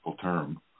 term